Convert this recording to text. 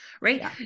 right